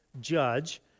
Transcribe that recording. judge